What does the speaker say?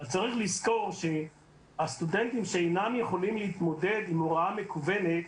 צריך לזכור שהסטודנטים שאינם יכולים להתמודד עם הוראה מקוונת,